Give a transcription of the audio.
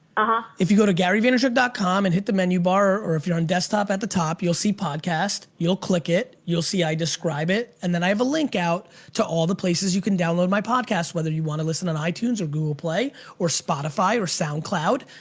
ah huh. if you go to garyvaynerchuk dot com and hit the menu bar or if you're on desktop at the top, you'll see podcast, you'll click it, you'll see i describe it and then i have a link out to all the places you can download my podcast, whether you want to listen and on itunes or google play or spotify or soundcloud.